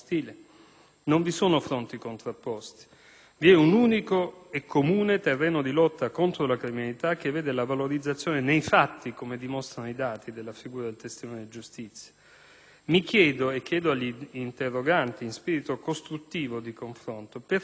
Non vi sono fronti contrapposti, ma un unico e comune terreno di lotta contro la criminalità che vede la valorizzazione nei fatti - come dimostrano i dati - della figura del testimone di giustizia. Mi chiedo e chiedo agli interroganti, in spirito di costruttivo confronto, perché,